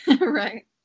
right